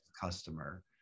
customer